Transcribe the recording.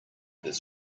his